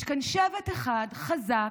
יש כאן שבט אחד חזק,